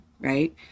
right